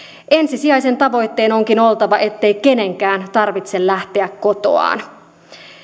ensisijaisen tavoitteen onkin oltava ettei kenenkään tarvitse lähteä kotoaan